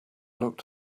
looked